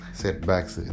setbacks